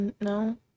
no